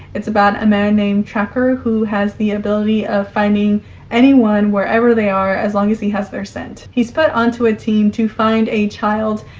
it's about a man named tracker who has the ability of finding anyone wherever they are as long as he has their scent. he's put onto a team to find a child,